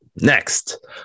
Next